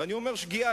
ואני אומר שגיאה,